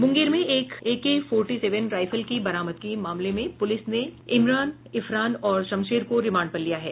मुंगेर में AK forty seven rifle की बरामदगी मामले में पुलिस ने इमरान इफरान और शमशेर को रिमांड पर लिया है